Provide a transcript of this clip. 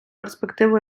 перспективу